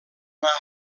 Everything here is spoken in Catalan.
anar